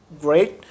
great